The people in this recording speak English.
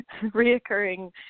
reoccurring